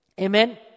Amen